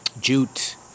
jute